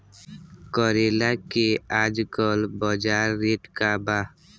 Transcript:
करेला के आजकल बजार रेट का बा?